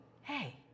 Hey